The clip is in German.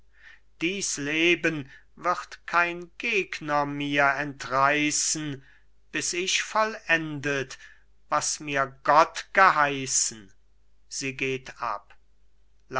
dies leben wird kein gegner mir entreißen bis ich vollendet was mir gott geheißen sie geht ab